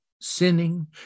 sinning